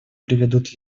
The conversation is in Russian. приведут